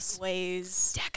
ways